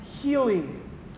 healing